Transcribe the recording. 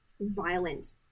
violent